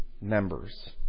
members